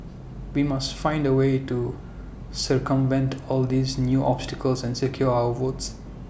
we must find A way to circumvent all these new obstacles and secure our votes